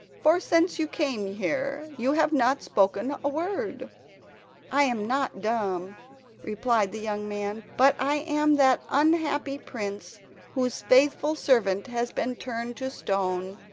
for since you came here you have not spoken a word i am not dumb replied the young man, but i am that unhappy prince whose faithful servant has been turned to stone,